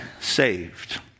saved